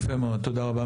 יפה מאוד, תודה רבה.